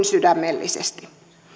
sydämellisesti